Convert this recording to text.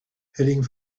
heading